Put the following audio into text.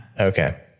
Okay